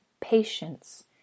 patience